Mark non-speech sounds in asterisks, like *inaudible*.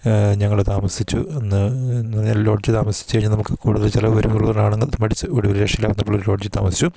ഞങ്ങൾ താമസിച്ചു എന്ന് എന്ന് ലോഡ്ജ് താമസിച്ച് കഴിഞ്ഞാൽ നമുക്ക് കൂടുതൽ ചിലവ് വരുമെന്നുള്ളത് *unintelligible* ഒടുവിൽ ഒരു രക്ഷയില്ലാതെ വന്നപ്പോളൊരു ലോഡ്ജിൽ താമസിച്ചു